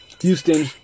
Houston